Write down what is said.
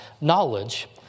knowledge